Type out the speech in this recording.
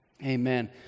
Amen